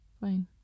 fine